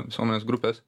visuomenės grupės